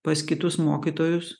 pas kitus mokytojus